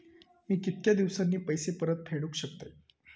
मी कीतक्या दिवसांनी पैसे परत फेडुक शकतय?